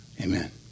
Amen